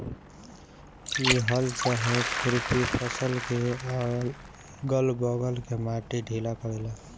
इ हल चाहे खुरपी फसल के अगल बगल के माटी ढीला करेला